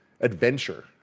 adventure